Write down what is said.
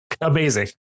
amazing